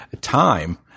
time